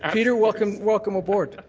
um peter, welcome welcome aboard.